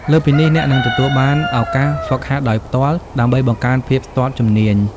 លើសពីនេះ អ្នកនឹងទទួលបានឱកាសហ្វឹកហាត់ដោយផ្ទាល់ ដើម្បីបង្កើនភាពស្ទាត់ជំនាញ។